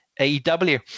AEW